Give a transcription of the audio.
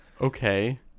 okay